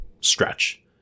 stretch